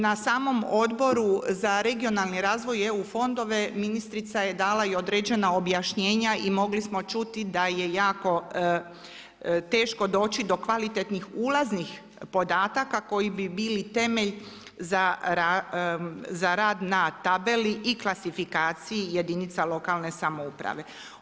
Na samom Odboru za regionalni razvoj i EU fondove ministrica je dala i određena objašnjenja i mogli smo čuti da je jako teško doći do kvalitetnih ulaznih podataka koji bi bili temelj za rad na tabeli i klasifikaciji jedinica lokalne samouprave.